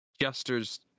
gestures